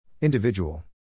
Individual